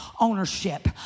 ownership